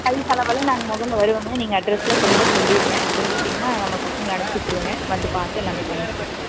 வழி செலவெல்லாம் நாங்கள் முதல்ல வருவோங்க நீங்கள் அட்ரஸெலாம் தெளிவாக சொல்லிடுங்க சொல்லிட்டிங்கனால் நம்ம பசங்களை அனுப்பிச்சி விட்ருவங்க வந்து பார்த்து எல்லாமே பண்ணிக்கலாங்க